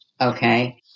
okay